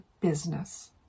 business